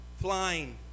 flying